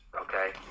okay